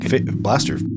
blaster